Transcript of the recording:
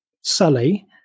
Sully